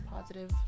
positive